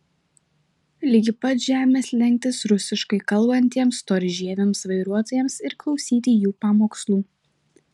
ligi pat žemės lenktis rusiškai kalbantiems storžieviams vairuotojams ir klausyti jų pamokslų